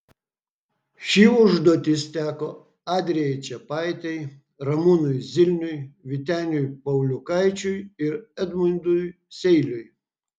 ši užduotis teko adrijai čepaitei ramūnui zilniui vyteniui pauliukaičiui ir edmundui seiliui